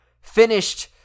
finished